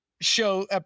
show